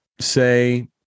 say